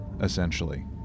essentially